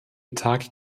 tag